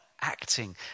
acting